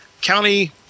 County